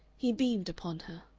he beamed upon her.